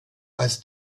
als